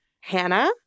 Hannah